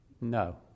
No